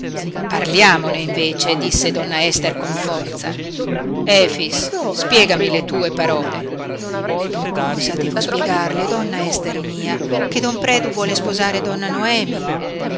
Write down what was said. parliamone invece disse donna ester con forza efix spiegami le tue parole che cosa devo spiegarle donna ester mia che don predu vuole sposare donna noemi